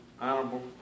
honorable